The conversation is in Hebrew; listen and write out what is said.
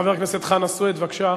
חבר הכנסת חנא סוייד, בבקשה.